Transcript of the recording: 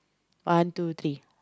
one two three